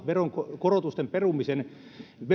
veronkorotusten perumisten